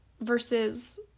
versus